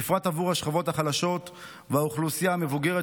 ובפרט עבור השכבות החלשות והאוכלוסייה המבוגרת,